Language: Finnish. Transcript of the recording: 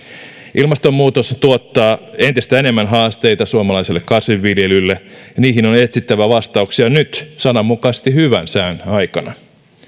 ilmastonmuutos tuottaa entistä enemmän haasteita suomalaiselle kasvinviljelylle ja niihin on etsittävä vastauksia nyt sananmukaisesti hyvän sään aikana